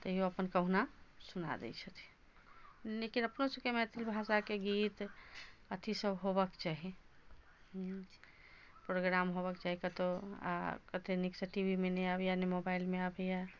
तैओ अपन कहुना सुना दै छथिन लेकिन अपनो सबके मैथिली भाषाके गीत अथी सब होबऽके चाही प्रोग्राम होबऽके चाही कतहु आओर कतेक नीकसँ टी वी मे नहि आबैए नहि मोबाइलमे आबैए